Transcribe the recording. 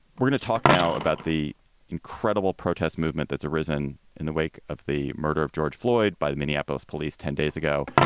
we're going to talk now about the incredible protest movement that's arisen in the wake of the murder of george floyd by the minneapolis police ten days ago.